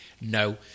no